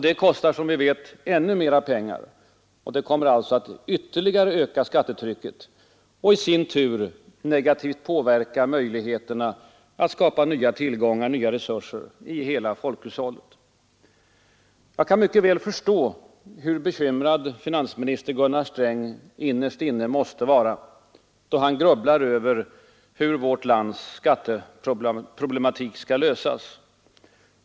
Det kostar som vi vet ännu mera pengar, och det kommer alltså att ytterligare öka skattetrycket och i sin tur negativt påverka möjligheterna att skapa nya tillgångar och nya resurser i hela folkhushållet. Jag kan mycket väl förstå hur bekymrad finansminister Gunnar Sträng innerst inne måste vara då han grubblar över hur vårt lands skatteproblematik skall lösas.